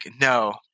no